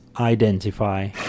identify